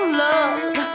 love